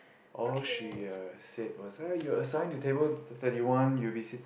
all she uh said was uh you are assigned to table thirty one you'll be sit